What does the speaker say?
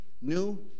new